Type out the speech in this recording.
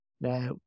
now